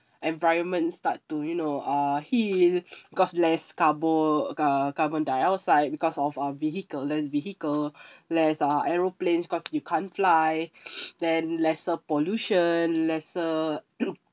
environment start to you know uh heal cause less carbo uh carbon dioxide because of uh vehicle less vehicle less uh aeroplane cause you can't fly then lesser pollution lesser